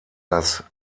das